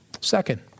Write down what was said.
Second